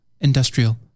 industrial